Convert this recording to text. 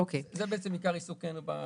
זה עיקר עיסוקנו.